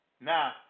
Now